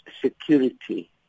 security